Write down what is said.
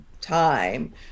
time